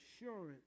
assurance